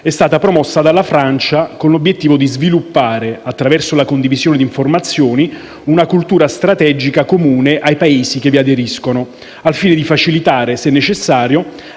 è stata promossa dalla Francia con l'obiettivo di sviluppare, attraverso la condivisione di informazioni, una cultura strategica comune ai Paesi che vi aderiscono, al fine di facilitare, se necessario,